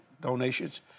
donations